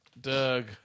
Doug